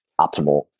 optimal